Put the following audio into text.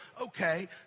okay